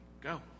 Go